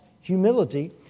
humility